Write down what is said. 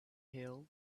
hill